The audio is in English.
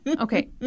okay